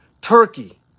Turkey